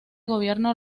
gobierno